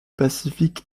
pacifique